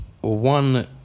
one